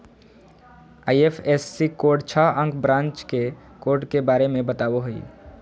IFSC code छह अंक branch के कोड के बारे में बतावो हइ